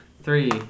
Three